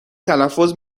تلفظ